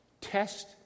Test